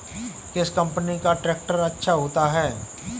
किस कंपनी का ट्रैक्टर अच्छा होता है?